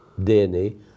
DNA